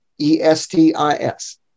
E-S-T-I-S